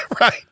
right